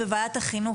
בוועדת החינוך,